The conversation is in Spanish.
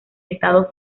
estado